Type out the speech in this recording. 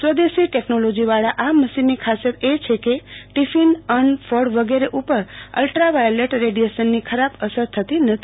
સ્વદેશી ટેકનોલોજીવાળા આ મશીનની ખાસીયત એ છે કે ટિફીન અન્ન ફળ વગેરે ઉપર અલ્ટ્રાવાયોલેટ રેડીએશનની ખરબ અસર થતી નથી